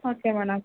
okay madam